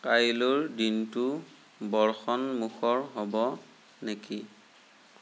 কাইলৈৰ দিনটো বৰ্ষণমুখৰ হ'ব নেকি